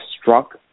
struck